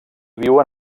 viuen